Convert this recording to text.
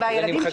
נחריג אותן.